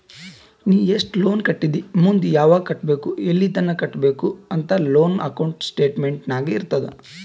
ನೀ ಎಸ್ಟ್ ಲೋನ್ ಕಟ್ಟಿದಿ ಮುಂದ್ ಯಾವಗ್ ಕಟ್ಟಬೇಕ್ ಎಲ್ಲಿತನ ಕಟ್ಟಬೇಕ ಅಂತ್ ಲೋನ್ ಅಕೌಂಟ್ ಸ್ಟೇಟ್ಮೆಂಟ್ ನಾಗ್ ಇರ್ತುದ್